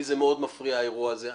לי זה מאוד מפריע האירוע הזה.